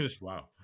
Wow